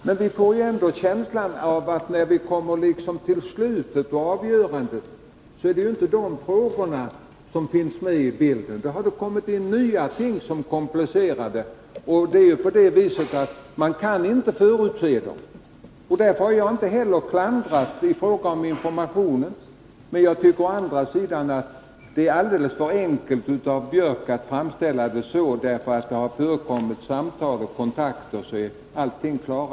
Men vi får ändå känslan av att det inte är de frågorna som finns med i bilden när vi kommer till slutet och avgörandet. Då har det kommit in nya ting som komplicerar det hela. Sådant kan man ju inte förutse, och därför har jag inte heller klandrat någon i fråga om informationen. Men jag tycker å andra sidan att det är alldeles för enkelt när Gunnar Björk framställer det så, att eftersom det har förekommit samtal och kontakter är allting klart.